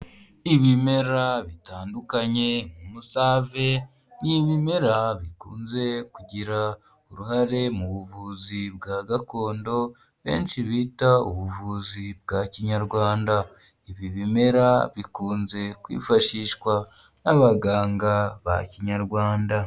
Ibimera bitandukanye nk'umusave, ni ibimera bikunze kugira uruhare mu buvuzi bwa gakondo, benshi bita ubuvuzi bwa kinyarwanda. Ibi bimera bikunze kwifashishwa n'abaganga ba kinyarwanda.